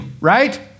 right